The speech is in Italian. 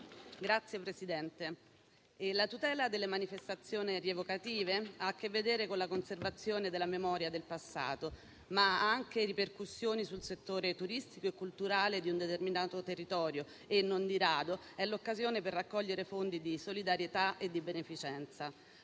Signora Presidente, la tutela delle manifestazioni rievocative ha a che vedere con la conservazione della memoria del passato, ma ha anche ripercussioni sul settore turistico e culturale di un determinato territorio e, non di rado, è l'occasione per raccogliere fondi di solidarietà e di beneficenza.